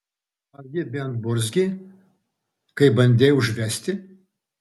ar ji bent burzgė kai bandei užvesti